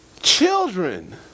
children